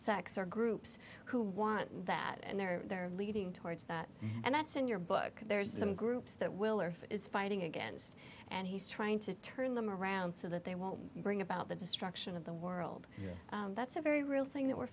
sex or groups who want that and they're there leading towards that and that's in your book there's some groups that will or is fighting against and he's trying to turn them around so that they won't bring about the destruction of the world that's a very real thing that we're